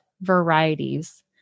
varieties